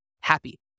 happy